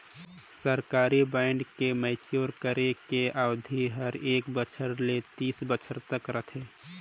सरकारी बांड के मैच्योर करे के अबधि हर एक बछर ले तीस बछर तक रथे